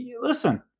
Listen